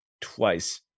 twice